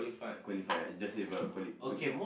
qualify ah just qualify quali~ quali~